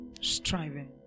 striving